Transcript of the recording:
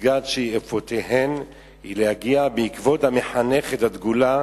שפסגת שאיפותיהן היא להגיע בעקבות המחנכת הדגולה